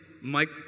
Mike